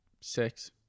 Six